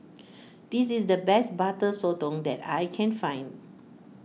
this is the best Butter Sotong that I can find